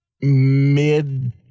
Mid